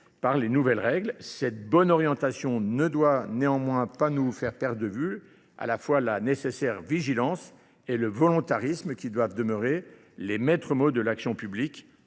par les nouvelles règles. Cette bonne orientation ne doit néanmoins pas nous faire perdre de vue, à la fois la nécessaire vigilance et le volontarisme qui doivent demeurer les maîtres mots de l'action publique